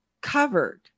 covered